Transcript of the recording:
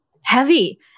heavy